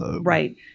Right